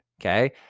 okay